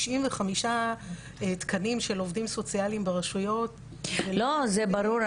95 תקנים של עובדים סוציאליים ברשויות --- זה ברור,